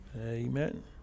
Amen